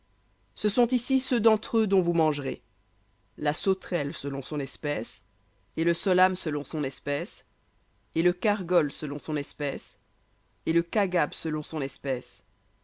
ce sont ici ceux d'entre eux dont vous mangerez la sauterelle selon son espèce et le solham selon son espèce et le khargol selon son espèce et le khagab selon son espèce